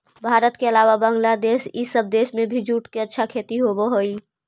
भारत के अलावा बंग्लादेश इ सब देश में भी जूट के अच्छा खेती होवऽ हई